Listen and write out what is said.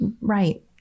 Right